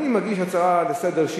אני מגיש הצעה לסדר,